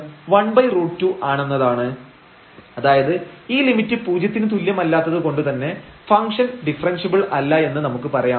lim┬Δρ→0⁡〖Δz dzΔρ〗〖lim〗┬Δρ→0⁡〖√Δx Δy√Δx2Δy2〗Along the path Δy Δx lim┬Δρ→0⁡〖Δz dzΔρ〗1√2≠0 അതായത് ഈ limit പൂജ്യത്തിന് തുല്യമല്ലാത്തത് കൊണ്ടുതന്നെ ഫംഗ്ഷൻ ഡിഫറെൻഷ്യബിൾ അല്ല എന്ന് നമുക്ക് പറയാം